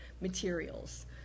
materials